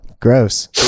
Gross